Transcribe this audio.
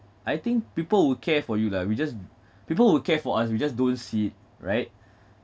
I think people would care for you lah we just people would care for us we just don't see it right